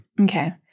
Okay